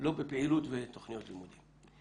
לא בפעילות ותוכניות לימודים.